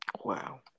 Wow